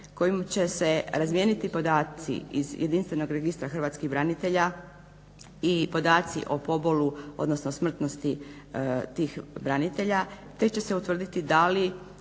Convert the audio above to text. kojim će se razmijeniti podaci iz jedinstvenog Registra hrvatskih branitelja i podaci o pobolu odnosno smrtnosti tih branitelja, te će se utvrditi da li